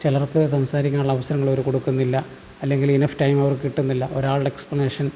ചിലർക്ക് സംസാരിക്കാനുള്ള അവസരങ്ങൾ അവർ കൊടുക്കുന്നില്ല അല്ലെങ്കിൽ ഇനഫ് ടൈം അവർക്ക് കിട്ടുന്നില്ല ഒരാളുടെ എക്സ്പ്ലനേഷൻ